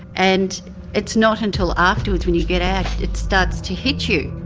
and it's not until afterwards when you get out, it starts to hit you.